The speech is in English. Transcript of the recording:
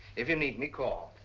if you need me call.